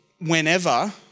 whenever